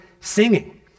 singing